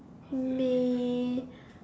may